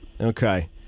Okay